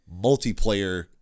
multiplayer